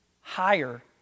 higher